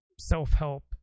self-help